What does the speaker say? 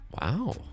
wow